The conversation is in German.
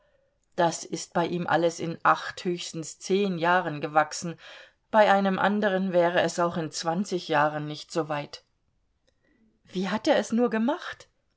das ist bei ihm alles in acht höchstens zehn jahren gewachsen bei einem anderen wäre es auch in zwanzig jahren nicht so weit wie hat er es nur gemacht